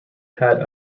had